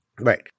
Right